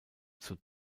zur